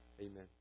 Amen